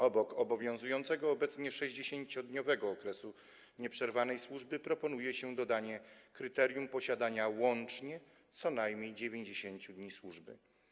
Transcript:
Obok obowiązującego obecnie 60-dniowego okresu nieprzerwanej służby proponuje się dodanie kryterium posiadania łącznie co najmniej 90 dni służby.